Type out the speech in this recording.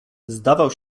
zdawał